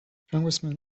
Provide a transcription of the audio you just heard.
congressman